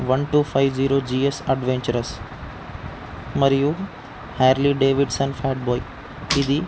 one two five zero GS adventurous మరియు Harley Davidson Fat Boy ఇది